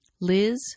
liz